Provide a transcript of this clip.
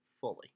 Fully